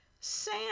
Sam